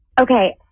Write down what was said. Okay